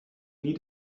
nie